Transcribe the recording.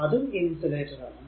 അതും ഇന്സുലേറ്റർ ആണ്